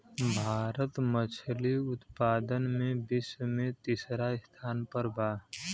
भारत मछली उतपादन में विश्व में तिसरा स्थान पर बा